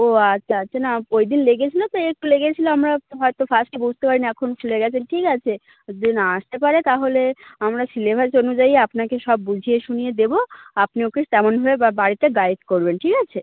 ও আচ্ছা আচ্ছা না ওই দিন লেগেছিলো তো একটু লেগেছিলো আমরা হয়তো ফার্স্টে বুঝতে পারিনি এখন ছুলে গেছে ঠিক আছে ও যদি না আসতে পারে তাহলে আমরা সিলেবাস অনুযায়ী আপনাকে সব বুঝিয়ে শুনিয়ে দেবো আপনি ওকে তেমনভাবে বাড়িতে গাইড করবেন ঠিক আছে